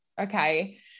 okay